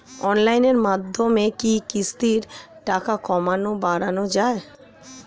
অনলাইনের মাধ্যমে কি কিস্তির টাকা কমানো বাড়ানো যায়?